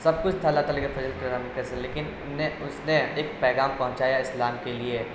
سب کچھ اللہ تعالی کے فضل و کرم سے ہے لیکن ان نے اس نے ایک پیغام پہنچایا اسلام کے لیے